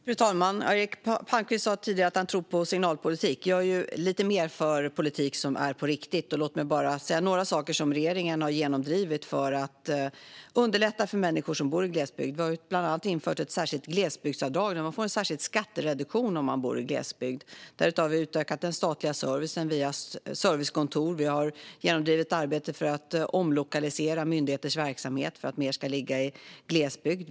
Fru talman! Eric Palmqvist sa tidigare att han tror på signalpolitik. Jag är lite mer för politik som är på riktigt. Låt mig bara säga några saker som regeringen har genomdrivit för att underlätta för människor som bor i glesbygd. Vi har bland annat infört ett särskilt glesbygdsavdrag, där man får en särskild skattereduktion om man bor i glesbygd. Därutöver har vi utökat den statliga servicen via servicekontor. Vi har genomdrivit arbete för att omlokalisera myndigheters verksamhet för att mer ska ligga i glesbygd.